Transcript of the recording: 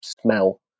smell